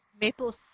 maple